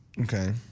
Okay